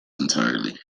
entirely